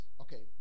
Okay